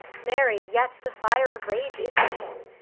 marry, yet the fire of rage is in him,